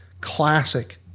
Classic